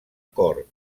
cort